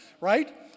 Right